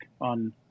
on